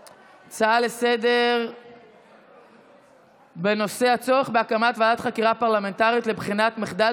בנושא: הצורך בהקמת ועדת חקירה פרלמנטרית לבחינת מחדל